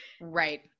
Right